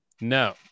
No